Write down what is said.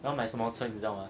我要买什么车你知道吗